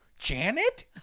Janet